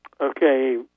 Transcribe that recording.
Okay